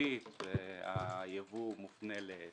משמעותית והיבוא מופנה לטורקיה.